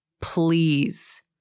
please